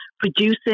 producing